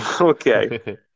Okay